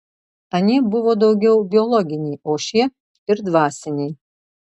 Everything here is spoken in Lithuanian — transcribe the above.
anie buvo daugiau biologiniai o šie ir dvasiniai